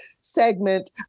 segment